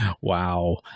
wow